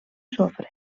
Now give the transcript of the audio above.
sofre